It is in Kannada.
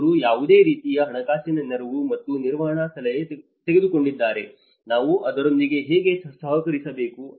ಅವರು ಯಾವುದೇ ರೀತಿಯ ಹಣಕಾಸಿನ ನೆರವು ಮತ್ತು ನಿರ್ವಹಣಾ ಸಲಹೆ ತೆಗೆದುಕೊಂಡಿದ್ದರೆ ನಾವು ಅದರೊಂದಿಗೆ ಹೇಗೆ ಸಹಕರಿಸಬೇಕು